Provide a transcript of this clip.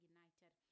United